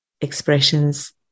expressions